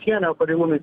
sienio pareigūnai